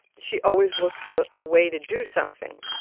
she always looks for a way to do something.